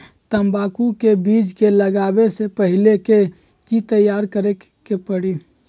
तंबाकू के बीज के लगाबे से पहिले के की तैयारी करे के परी?